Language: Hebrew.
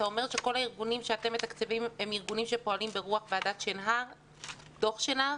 אתה אומר שכל הארגונים שאתם מתקצבים הם ארגונים שפועלים ברוח דוח שנהר?